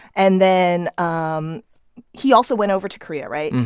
and then um he also went over to korea, right,